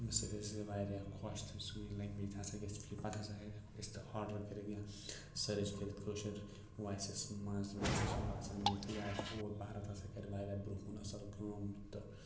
ییٚمہِ سۭتۍ ہَسا چھِ واریاہ خۄش تہِ یہِ لینٛگویج تہِ ہَسا گَژھِ أسۍ فیٖڈ پَتہٕ ہَسا گَژھِ اسہِ تہِ آرڈر کٔرِتھ یا سٔرٕچ کٔرِتھ کٲشر وایسس منٛز مےٚ ہَسا چھُ باسان یہِ اے آی فور بھارت ہَسا کَرِ واریاہ برٛونہہ کُن اصل کٲم تہٕ